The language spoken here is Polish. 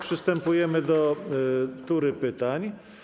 Przystępujemy do tury pytań.